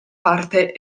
parte